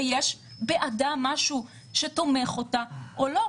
ויש בעדה משהו שתומך אותה או לא.